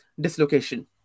dislocation